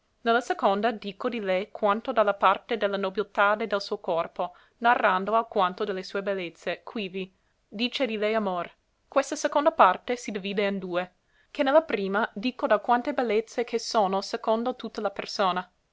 la seconda dico di lei quanto da la parte de la nobilitade del suo corpo narrando alquanto de le sue bellezze quivi dice di lei amor questa seconda parte si divide in due che ne la prima dico d'alquante bellezze che sono secondo tutta la persona